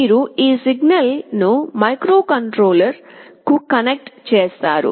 మీరు ఈ సిగ్నల్ను మైక్రోకంట్రోలర్కు కనెక్ట్ చేస్తారు